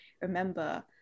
remember